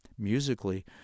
musically